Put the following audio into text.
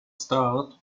start